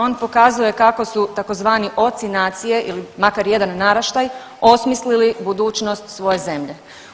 On pokazuje kako su tzv. oci nacije ili makar jedan naraštaj osmisli budućnost svoje zemlje.